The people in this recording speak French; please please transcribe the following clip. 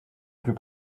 plus